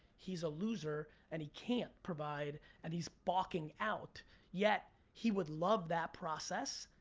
he's a loser and he can't provide and he's balking out yet he would love that process.